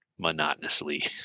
monotonously